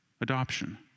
adoption